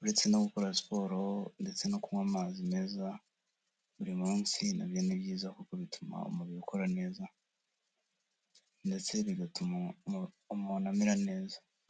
uretse no gukora siporo ndetse no kunywa amazi meza buri munsi nabyo ni byiza kuko bituma umubiri ukora neza, ndetse bigatuma umuntu amera neza.